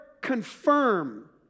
confirm